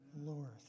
Lord